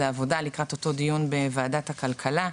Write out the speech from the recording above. עבודה לקראת אותו דיון בוועדת הכלכלה.